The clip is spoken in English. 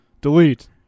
Delete